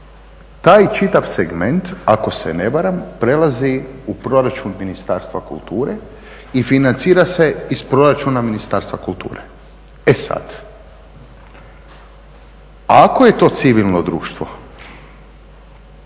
taj čitav segment, ako se ne varam, prelazi u Proračun Ministarstva kulture i financira se iz Proračuna Ministarstva kulture. E sad, ako je to civilno društvo